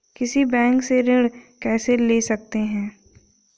किसी बैंक से ऋण कैसे ले सकते हैं?